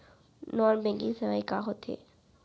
Non banking सेवाएं का होथे?